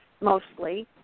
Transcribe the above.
mostly